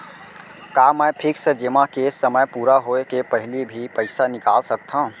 का मैं फिक्स जेमा के समय पूरा होय के पहिली भी पइसा निकाल सकथव?